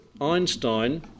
Einstein